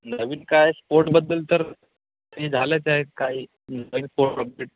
नवीन काय स्पोर्टबद्दल तर तरी झालंच आहे काही नवीन स्पोर्ट अपडेट